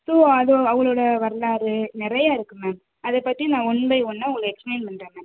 so அதோ அவளோட வரலாறு நிறைய இருக்கு மேம் அதை பற்றி நான் ஒன் பை ஒன்னாக உங்குளுக்கு எக்ஸ்ப்ளைன் பண்ணுறேன் மேம்